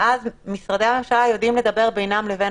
ואז משרדי הממשלה יודעים לדבר בינם לבין